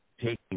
taking